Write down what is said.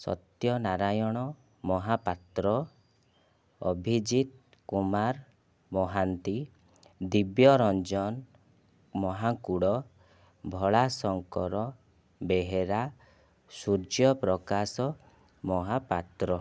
Satya Narayan Mahapatra Abhijit Kumar Mohanty Dibya Ranjan Mahakud Bholashankar Behera Suryaprakash Mohapatra